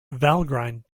valgrind